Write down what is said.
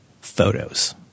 photos